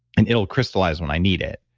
and it'll crystallize when i need it.